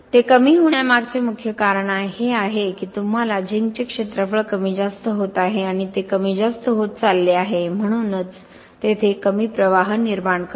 ते कमी होण्यामागचे मुख्य कारण हे आहे की तुम्हाला झिंकचे क्षेत्रफळ कमी जास्त होत आहे आणि ते कमी जास्त होत चालले आहे म्हणूनच ते कमी प्रवाह निर्माण करते